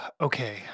Okay